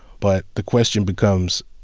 but the question becomes,